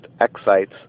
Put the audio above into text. excites